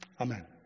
Amen